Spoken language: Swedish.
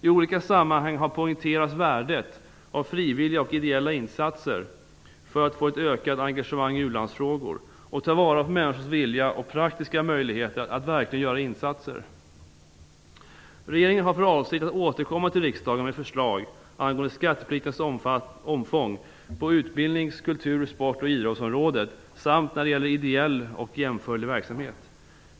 I olika sammanhang har poängterats värdet av frivilliga och ideella insatser för att få ett ökat engagemang i u-landsfrågor och ta vara på människors vilja och praktiska möjligheter att verkligen göra insatser. Regeringen har för avsikt att återkomma till riksdagen med förslag angående skattepliktens omfång på utbildnings-, kultur-, sport-och idrottsområdet samt när det gäller ideell och jämförlig verksamhet.